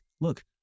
look